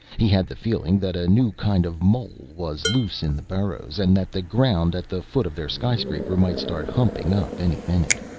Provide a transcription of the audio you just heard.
he had the feeling that a new kind of mole was loose in the burrows and that the ground at the foot of their skyscraper might start humping up any minute.